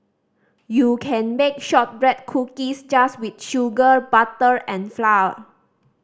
you can bake shortbread cookies just with sugar butter and flour